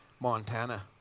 montana